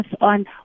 on